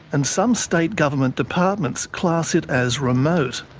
and some state government departments class it as remote,